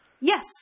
Yes